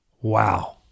wow